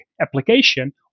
application